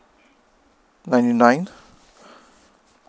ninety nine